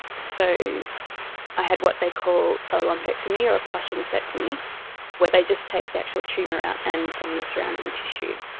so i had what they call a lumpectomy or a partial mastectomy where they just take the actual tumour out and some of the surrounding tissue.